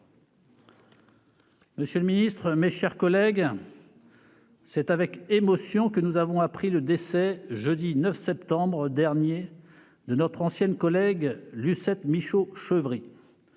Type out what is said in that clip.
Monsieur le garde des sceaux, mes chers collègues, c'est avec émotion que nous avons appris le décès, jeudi 9 septembre dernier, de notre ancienne collègue Lucette Michaux-Chevry,